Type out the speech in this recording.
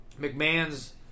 McMahon's